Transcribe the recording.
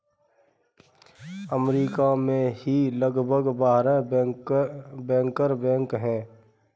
अमरीका में ही लगभग बारह बैंकर बैंक हैं